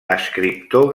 escriptor